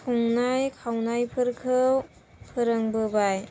संनाय खावनायफोरखौ फोरोंबोबाय